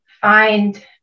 find